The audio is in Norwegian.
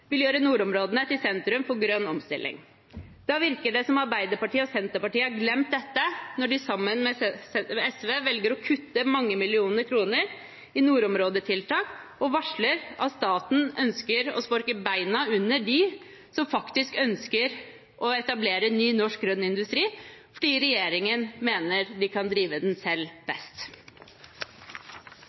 sentrum for grønn omstilling. Da virker det som om Arbeiderpartiet og Senterpartiet har glemt dette, når de sammen med SV velger å kutte mange millioner kroner i nordområdetiltak og varsler at staten ønsker å sparke bein under dem som faktisk ønsker å etablere ny norsk grønn industri, fordi regjeringen mener de kan drive den best selv.